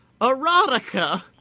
Erotica